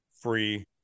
free